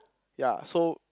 ya so